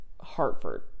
Hartford